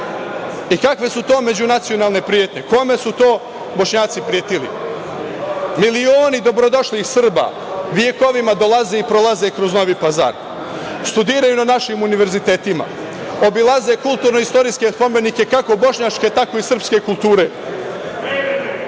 i kakve su to međunacionalne pretnje, kome su to Bošnjaci pretili. Milioni dobrodošlih Srba, vekovima prolaze i dolaze kroz Novi Pazar, studiraju na našim univerzitetima, obilaze kulturno istorijske spomenike, kako bošnjačke, tako i srpske kulture. Trguju